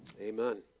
Amen